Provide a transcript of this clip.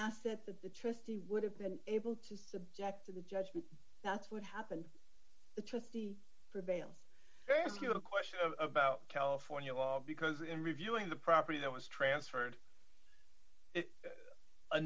asset that the trustee would have been able to subject to the judgment that's what happened the trustee prevails ask you a question about california or because in reviewing the property that was transferred a